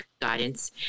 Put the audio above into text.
guidance